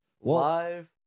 live